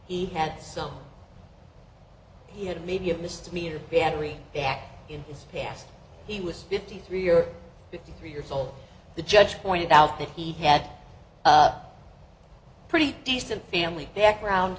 he had some he had maybe a misdemeanor battery back in his past he was fifty three or fifty three years old the judge pointed out that he had a pretty decent family background